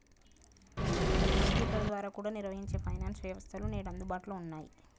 computer ద్వారా కూడా నిర్వహించే ఫైనాన్స్ వ్యవస్థలు నేడు అందుబాటులో ఉన్నయ్యి